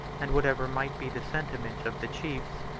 and whatever might be the sentiments of the chiefs,